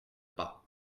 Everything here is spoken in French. pas